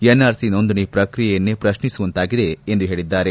NRC ನೊಂದಣಿ ಪ್ರಕ್ರಿಯೆಯನ್ನೇ ಪ್ರಶ್ನಿಸುವಂತಾಗಿದೆ ಎಂದು ಹೇಳಿದ್ದಾರೆ